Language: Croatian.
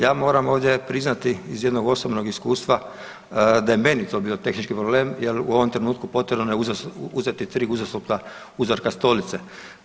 Ja moram ovdje priznati iz jednog osobnog iskustva da je meni to bio tehnički problem, jer u ovom trenutku potrebno je uzeti tri uzastopna uzorka stolice.